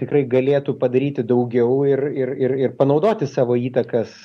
tikrai galėtų padaryti daugiau ir ir ir ir panaudoti savo įtakas